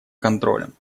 контролем